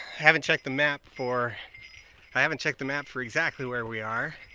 haven't checked the map for i haven't checked the map for exactly where we are